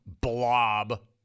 blob